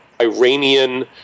Iranian